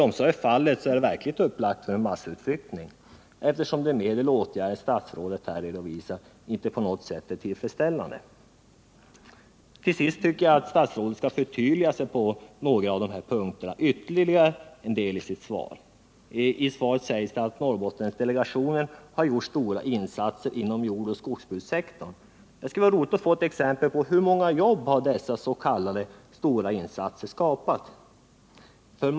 Om så är fallet är det verkligen upplagt för en massutflyttning, eftersom de medel och åtgärder som statsrådet här redovisat inte på något sätt är tillfredsställande. Till sist tycker jag att statsrådet skall förtydliga ytterligare en del av sitt svar. I svaret sägs det att Norrbottendelegationen har gjort stora insatser inom 167 Nr 45 jordoch skogsbrukssektorerna. Det skulle vara roligt att få ett exempel på Fredagen den hur många jobb dessa s.k. stora insatser har skapat.